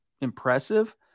impressive